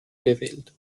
gewählt